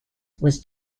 was